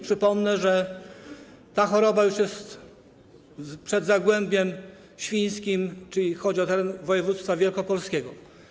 Przypomnę, że ta choroba już jest przed zagłębiem świńskim, czyli chodzi o teren województwa wielkopolskiego.